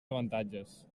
avantatges